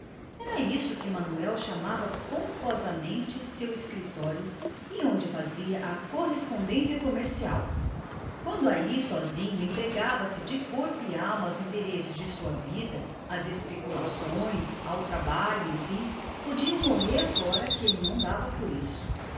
era isto que manuel pedro chamava pamposamente o seu escritório e onde fazia a correspondência comercial aí quando ele de corpo e alma se entregava aos interesses da sua vida às suas especulações ao seu trabalho enfim podiam lá fora até morrer que o bom homem não dava por isso